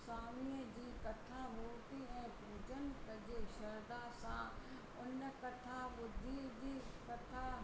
स्वामीअ जी कथा मूर्ति ऐं पूजन कजे श्रध्दा सां उन कथा ॿुधिजी कथा